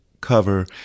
cover